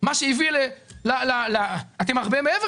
מה שהביא ל- אתם הרבה מעבר